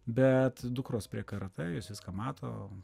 bet dukros prie karatė jos viską mato